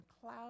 cloud